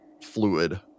fluid